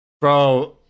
Bro